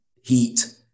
heat